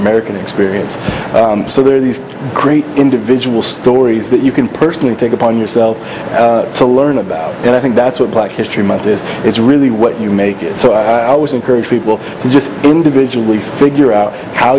american experience so there are these great individual stories that you can personally take upon yourself to learn about and i think that's what black history month this is really what you make it so i always encourage people to just individually figure out how